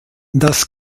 das